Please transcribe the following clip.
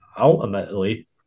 ultimately